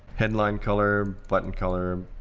headline color, button color,